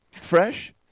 fresh